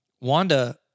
Wanda